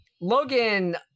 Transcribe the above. Logan